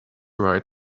right